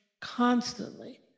constantly